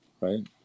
right